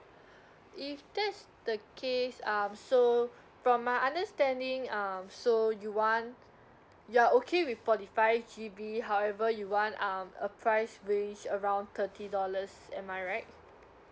if that's the case um so from my understanding um so you want you're okay with forty five G_B however you want um a price range around thirty dollars am I right